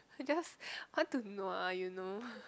I just want to be nua you know